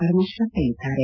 ಪರಮೇಶ್ವರ್ ಹೇಳಿದ್ದಾರೆ